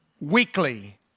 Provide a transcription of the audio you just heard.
weekly